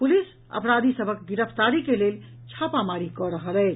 police अपराधी सभक गिरफ्तारी के लेल छापामारी कऽ रहल अछि